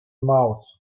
mouth